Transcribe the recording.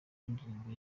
y’indirimbo